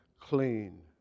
clean